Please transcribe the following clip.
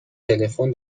تلفن